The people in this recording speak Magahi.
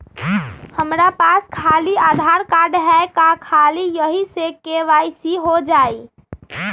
हमरा पास खाली आधार कार्ड है, का ख़ाली यही से के.वाई.सी हो जाइ?